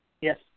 yes